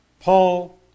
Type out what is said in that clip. Paul